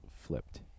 flipped